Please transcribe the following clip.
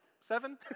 Seven